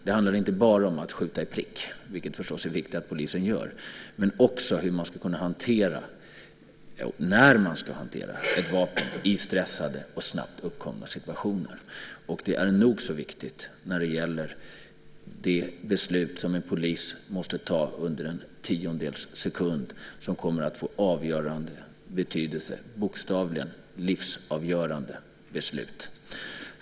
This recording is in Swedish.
Det handlar inte bara om att skjuta prick, vilket det förstås är viktigt att polisen gör. Det handlar också om hur och när man ska hantera ett vapen i stressade och snabbt uppkomna situationer. Det är nog så viktigt när det gäller det beslut som en polis måste ta under en tiondels sekund som kommer att få avgörande, bokstavligen livsavgörande, betydelse.